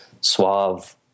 suave